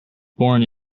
born